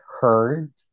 heard